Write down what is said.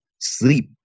sleep